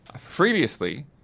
Previously